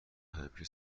همیشه